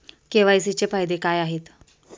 KYC चे फायदे काय आहेत?